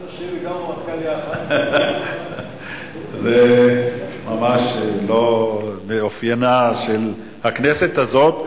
הרמטכ"ל, זה ממש לא, של הכנסת הזאת,